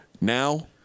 Now